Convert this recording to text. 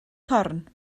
corn